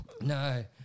No